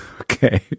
Okay